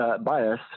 bias